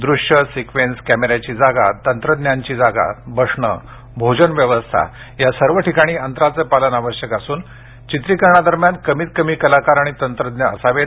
दृश्य सिक्वेन्स कॅमेराची जागा तंत्रज्ञांची जागा बसणं भोजन व्यवस्था या सर्व ठिकाणी अंतराचे पालन आवश्यक असून चित्रिकरणादरम्यान कमीतकमी कलाकार आणि तंत्रज्ञ असावेत